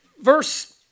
Verse